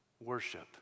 worship